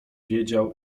wiedział